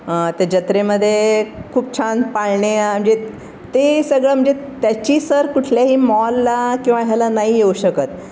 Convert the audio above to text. त्या जत्रेमध्ये खूप छान पाळणे म्हणजे ते सगळं म्हणजे त्याची सर कुठल्याही मॉलला किंवा ह्याला नाही येऊ शकत